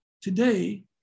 today